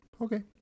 Okay